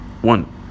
one